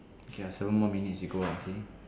okay ah seven more minutes we go okay